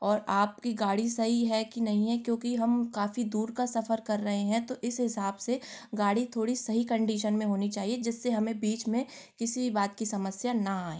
और आपकी गाड़ी सही है कि नहीं है क्योंकि हम काफ़ी दूर का सफ़र कर रहे है तो इस हिसाब से गाड़ी थोड़ी सही कंडीशन में होनी चाहिए जिससे हमें बीच में किसी भी बात की समस्या न आए